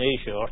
Asia